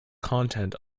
content